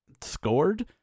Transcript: scored